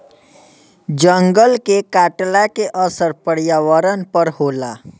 जंगल के कटला के असर पर्यावरण पर होला